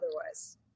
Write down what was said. otherwise